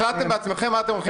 החלטתם לעצמכם מה אתם עושים?